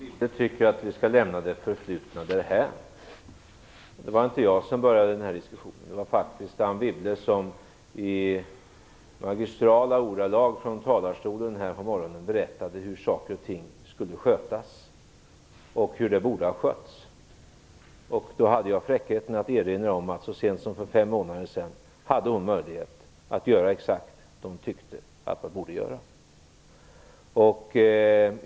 Fru talman! Anne Wibble tycker att vi skall lämna det förflutna därhän. Ja, det var inte jag som började den diskussionen. Det var faktiskt Anne Wibble som från talarstolen i magistrala ordalag berättade hur saker och ting skulle skötas och borde ha skötts. Då hade jag fräckheten att erinra om att hon så sent som för fem månader sedan hade möjlighet att göra exakt vad hon tyckte att man borde göra.